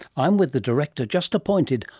i'm with the director, just appointed,